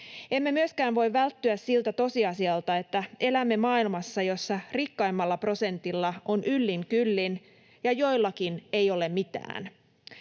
Emme myöskään voi välttyä siltä tosiasialta, että elämme maailmassa, jossa rikkaimmalla prosentilla on yllin kyllin ja joillakin ei ole mitään.